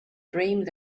dreams